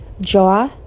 jaw